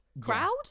crowd